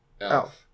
Elf